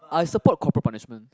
I support corporal punishment